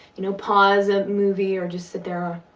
you know, pause a movie or just sit there